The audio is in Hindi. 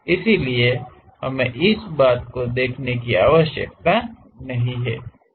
इसलिए हमें इस बात को दिखाने की आवश्यकता नहीं है